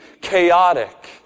chaotic